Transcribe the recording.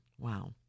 Wow